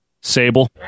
Sable